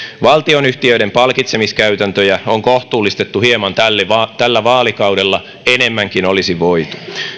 valtionyhtiöiden palkitsemiskäytäntöjä on kohtuullistettu hieman tällä vaalikaudella enemmänkin olisi voitu